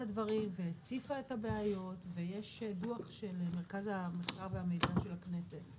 הדברים והציפה את הבעיות ויש דוח של מרכז ההערכה והמידע של הכנסת,